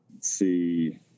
see